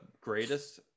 greatest